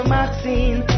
Maxine